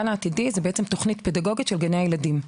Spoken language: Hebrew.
מדובר בתוכנית פדגוגית לגני הילדים.